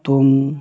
तुम